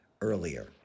earlier